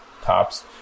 tops